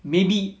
maybe